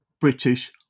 British